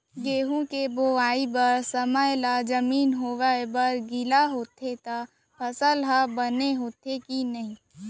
गेहूँ के बोआई बर समय ला जमीन होये बर गिला होथे त फसल ह बने होथे की नही?